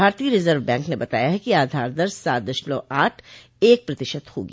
भारतीय reserve bank ने बताया है कि आधार दर सात दशमलव आठ एक प्रतिशत होगी